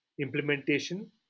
implementation